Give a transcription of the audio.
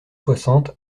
soixante